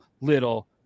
little